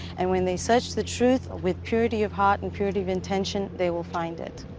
and when they search the truth with purity of heart and purity of intention, they will find it.